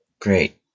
Great